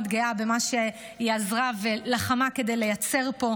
גאה במה שהיא עזרה ולחמה כדי לייצר פה,